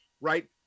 Right